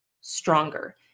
stronger